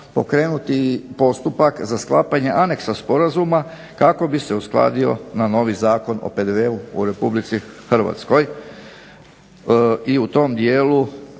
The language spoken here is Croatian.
pokrenuti i postupak za sklapanje anexa sporazuma kako bi se uskladio na novi Zakon o PDV-u u Republici Hrvatskoj i u tom dijelu